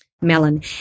melon